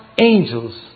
angels